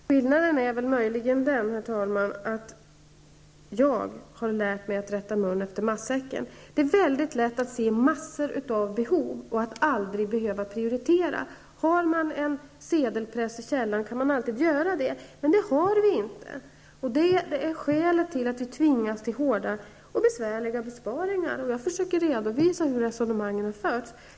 Herr talman! Skillnaden är väl möjligen den att jag har lärt mig att rätta munnen efter matsäcken. Det är lätt att se massor av behov om man aldrig behöver prioritera. Har man en sedelpress i källaren kan man klara sig utan prioriteringar, men det har vi inte. Det är skälet till att vi tvingas till hårda och besvärliga besparingar. Jag försöker redovisa hur resonemangen har förts.